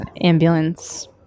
ambulance